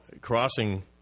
crossing